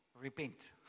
repent